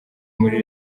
muri